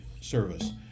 service